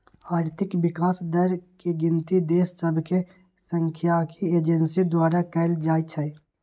आर्थिक विकास दर के गिनति देश सभके सांख्यिकी एजेंसी द्वारा कएल जाइ छइ